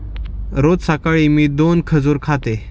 रोज सकाळी मी दोन खजूर खाते